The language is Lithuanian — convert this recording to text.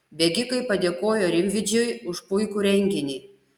bėgikai padėkojo rimvydžiui už puikų renginį